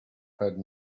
heard